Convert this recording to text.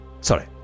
sorry